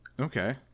Okay